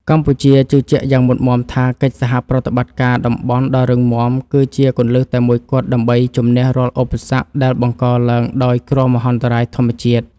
កម្ពុជាជឿជាក់យ៉ាងមុតមាំថា កិច្ចសហប្រតិបត្តិការតំបន់ដ៏រឹងមាំគឺជាគន្លឹះតែមួយគត់ ដើម្បីជម្នះរាល់ឧបសគ្គដែលបង្កឡើងដោយគ្រោះមហន្តរាយធម្មជាតិ។